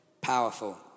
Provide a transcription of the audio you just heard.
powerful